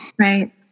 Right